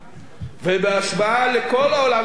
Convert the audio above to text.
ובהשוואה לכל העולם המפותח,